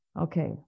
Okay